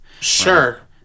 Sure